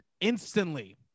Instantly